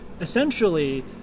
essentially